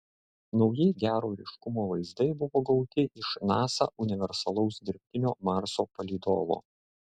nauji gero ryškumo vaizdai buvo gauti iš nasa universalaus dirbtinio marso palydovo